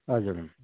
हजुर